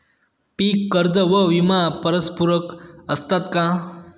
पीक कर्ज व विमा परस्परपूरक असतात का?